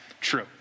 true